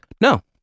No